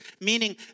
Meaning